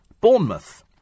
Bournemouth